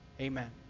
amen